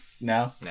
No